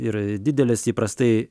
ir didelis įprastai